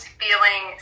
feeling